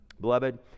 Beloved